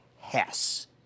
Hess